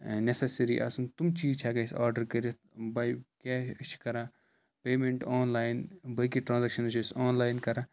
necessary آسَن تِم چیٖز چھِ ہٮ۪کان أسۍ آرڈَر کٔرِتھ بَے کیٛاہ أسۍ چھِ کَران پیمٮ۪نٛٹ آنلاین بٲقی ٹرٛانزیکشَنٕز چھِ أسۍ آنلاین کَران